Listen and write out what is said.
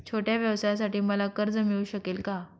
छोट्या व्यवसायासाठी मला कर्ज मिळू शकेल का?